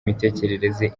mitekerereze